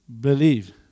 believe